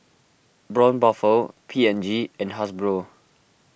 Braun Buffel P and G and Hasbro